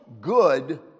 good